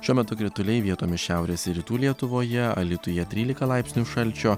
šiuo metu krituliai vietomis šiaurės ir rytų lietuvoje alytuje trylika laipsnių šalčio